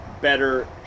better